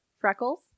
freckles